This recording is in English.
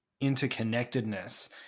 interconnectedness